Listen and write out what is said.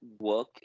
work